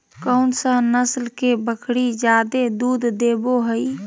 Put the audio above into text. कौन सा नस्ल के बकरी जादे दूध देबो हइ?